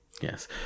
yes